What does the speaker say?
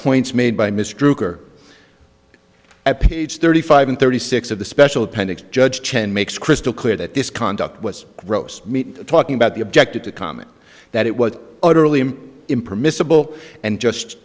points made by mr krueger at page thirty five and thirty six of the special appendix judge chen makes crystal clear that this conduct was roast meat talking about the objected to comment that it was utterly him impermissible and just